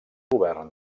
govern